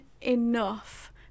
enough